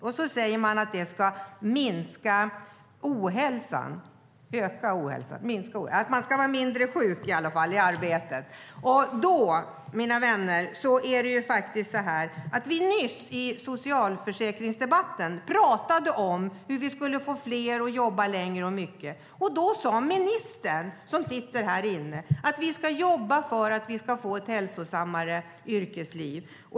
Sedan säger man att det ska minska ohälsan. Nyss i socialförsäkringsdebatten diskuterade vi hur man ska få fler att jobba längre och mycket. Då sa ministern, som sitter här, att vi ska jobba för ett hälsosammare yrkesliv.